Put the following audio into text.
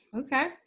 Okay